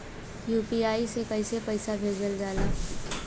UPI से कइसे पैसा भेजल जाला?